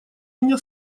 меня